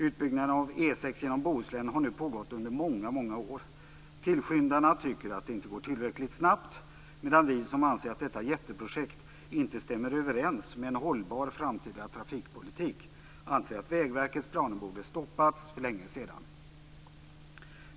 Utbyggnaden av E 6 genom Bohuslän har nu pågått under många år. Tillskyndarna tycker att det inte går tillräckligt snabbt, medan vi som anser att detta jätteprojekt inte stämmer överens med en hållbar framtida trafikpolitik tycker att Vägverkets planer borde stoppats för länge sedan.